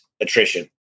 attrition